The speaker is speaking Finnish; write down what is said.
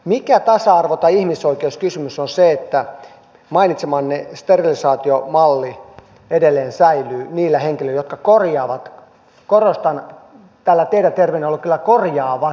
mikä tasa arvo tai ihmisoikeuskysymys on se että mainitsemanne sterilisaatiomalli edelleen säilyy niillä henkilöillä jotka korjaavat korostan tällä teidän terminologiallanne sanaa korjaavat sukupuolta